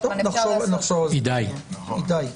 הידי נגב.